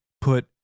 put